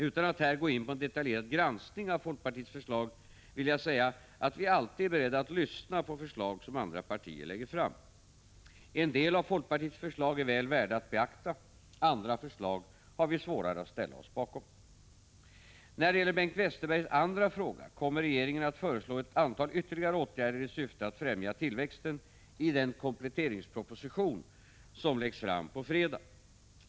Utan att här gå in på en detaljerad granskning av folkpartiets förslag vill jag säga, att vi alltid är beredda att lyssna på förslag som andra partier lägger fram. En del av folkpartiets förslag är väl värda att beakta; andra förslag har vi svårare att ställa oss bakom. När det gäller Bengt Westerbergs andra fråga vill jag säga att regeringen kommer i den kompletteringsproposition som läggs fram på fredag att föreslå ett antal ytterligare åtgärder i syfte att främja tillväxten.